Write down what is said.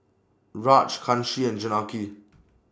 Raj Kanshi and Janaki